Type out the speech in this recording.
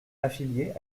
affilié